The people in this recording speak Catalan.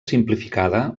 simplificada